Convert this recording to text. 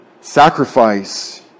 Sacrifice